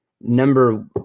number